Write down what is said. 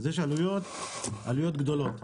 אז יש עלויות, עלויות גדולות,